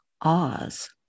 Oz